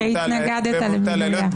שהתנגדת למינויה.